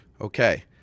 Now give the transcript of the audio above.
okay